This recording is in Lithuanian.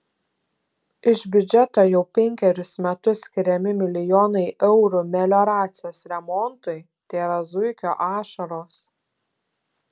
iš biudžeto jau penkerius metus skiriami milijonai eurų melioracijos remontui tėra zuikio ašaros